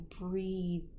breathe